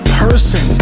person